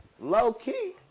low-key